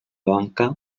banca